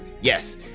yes